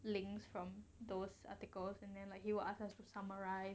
links from those articles and then like he will ask us to summarise